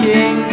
King